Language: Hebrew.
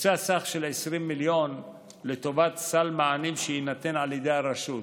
הוקצה סכום של 20 מיליון לטובת סל מענים שיינתן על ידי הרשות.